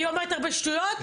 אני אומרת הרבה שטויות,